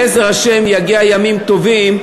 בעזר השם יגיעו ימים טובים.